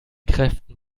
kräften